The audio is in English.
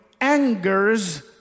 angers